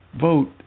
vote